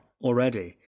already